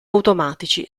automatici